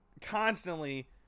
constantly